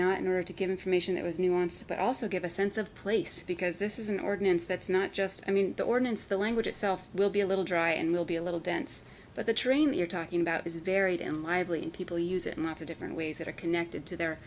not in order to get information that was nuanced but also give a sense of place because this is an ordinance that's not just i mean the ordinance the language itself will be a little dry and will be a little dense but the train we're talking about is varied and lively and people use it not to different ways that are connected to their